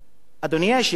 אדוני היושב-ראש,